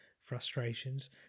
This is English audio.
frustrations